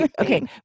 Okay